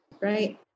right